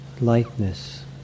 lightness